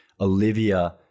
Olivia